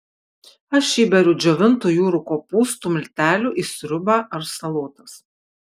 aš įberiu džiovintų jūrų kopūstų miltelių į sriubą ar salotas